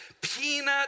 peanut